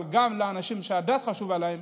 אבל אנשים, הדת חשובה להם